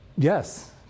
Yes